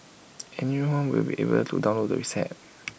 anyone will be able to download the reset